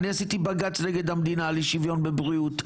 עשיתי בג"ץ נגד המדינה לשוויון בבריאות,